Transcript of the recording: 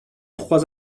trois